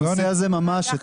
בנושא הזה ממש,